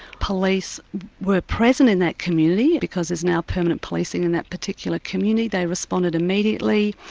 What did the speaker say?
police were present in that community because there's now permanent policing in that particular community, they responded immediately.